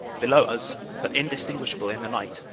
below us but indistinguishable in the night.